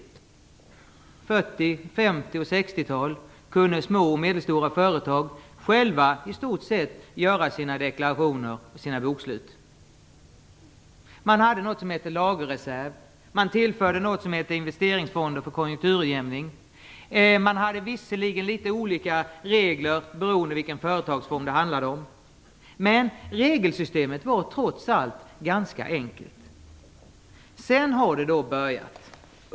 Under 40-, 50 och 60-talen kunde små och medelstora företag själva i stort sett göra sina deklarationer och sina bokslut. Man hade något som hette lagerreserv. Man tillförde något som hette investeringsfonder för konjunkturutjämningen. Man hade visserligen litet olika regler beroende på vilken företagsform det handlade om, men regelsystemet var trots allt ganska enkelt. Sedan har det då börjat.